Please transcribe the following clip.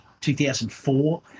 2004